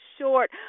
short